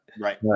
right